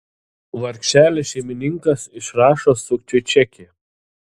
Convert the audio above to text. vargšelis šeimininkas išrašo sukčiui čekį